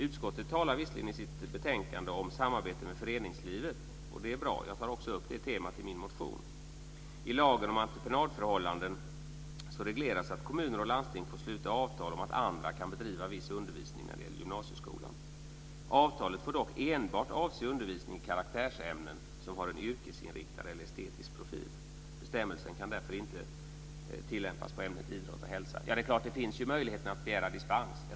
Utskottet talar visserligen i sitt betänkande om samarbete med föreningslivet, och det är bra. Jag tar också upp detta tema i min motion. I lagen om entreprenadförhållanden regleras att kommuner och landsting får sluta avtal om att andra kan bedriva viss undervisning när det gäller gymnasieskolan. Avtalet får dock enbart avse undervisning i karaktärsämnen som har en yrkesinriktad eller estetisk profil. Bestämmelsen kan därför inte tillämpas på ämnet idrott och hälsa. Det är klart att det finns möjlighet att begära dispens.